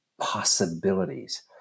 possibilities